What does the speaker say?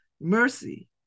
Mercy